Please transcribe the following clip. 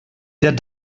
der